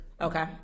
Okay